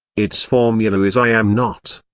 its formula is i am not.